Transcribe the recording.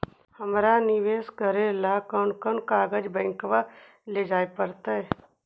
हमरा निवेश करे ल कोन कोन कागज बैक लेजाइ पड़तै?